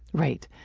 right.